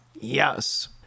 Yes